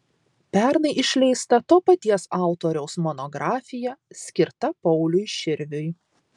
pernai išleista to paties autoriaus monografija skirta pauliui širviui